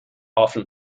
often